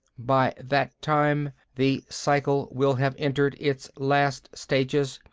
by that time the cycle will have entered its last stages.